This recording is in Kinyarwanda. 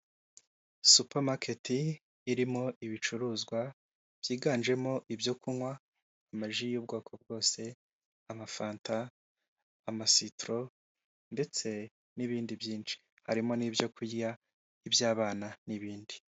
Supermarket irimo ibicuruzwa, byiganjemo ibyo kunwa, amaji y'ubwoko bwose, amafanta, amasitro ndetse n'ibindi byinshi, harimo n'ibyo kurya iby'abana n'ibindi.